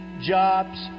Jobs